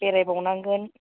बेराय बावनांगोन